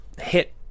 hit